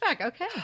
okay